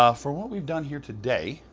ah for what we've done here today,